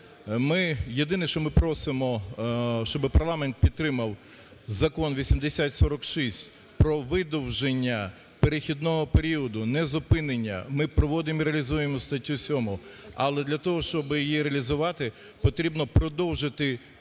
Єдине, що ми просимо – щоб парламент підтримав Закон 8046 про видовження перехідного періоду, не зупинення. Ми проводимо і реалізуємо статтю 7. Але для того, щоб її реалізувати потрібно продовжити період